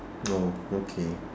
oh okay